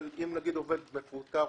אם נגיד עובד פוטר,